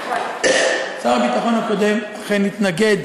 שר הביטחון הקודם אכן התנגד